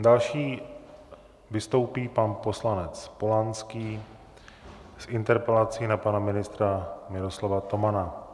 Další vystoupí pan poslanec Polanský s interpelací na pana ministra Miroslava Tomana.